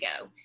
go